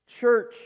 church